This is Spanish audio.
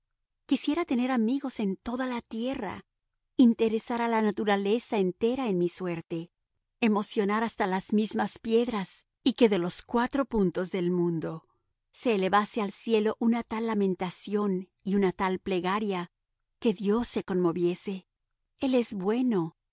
quisiera tener amigos en toda la tierra interesar a la naturaleza entera en mi suerte emocionar hasta a las mismas piedras y que de los cuatro puntos del mundo se elevase al cielo una tal lamentación y una tal plegaria que dios se conmoviese el es bueno